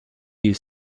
you